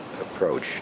approach